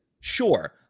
sure